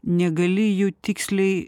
negali jų tiksliai